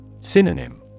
Synonym